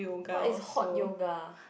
what is hot yoga